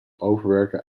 overwerken